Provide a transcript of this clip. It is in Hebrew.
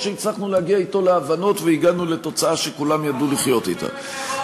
או שהצלחנו להגיע אתו להבנות והגענו לתוצאה שכולם ידעו לחיות אתה.